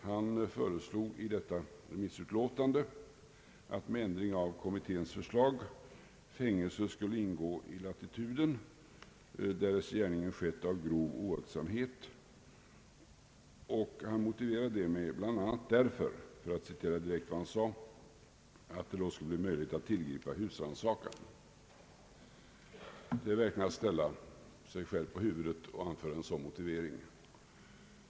Han föreslog i detta remissutlåtande med ändring av kommitténs förslag att fängelse skulle ingå i latituden, därest gärningen skett av grov oaktsamhet. Han motiverar detta bl.a. med att det borde vara möjligt att tillgripa husrannsakan. Att anföra en sådan motivering är verkligen att ställa sig själv på huvudet.